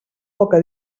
poca